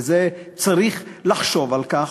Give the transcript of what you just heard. וצריך לחשוב על כך,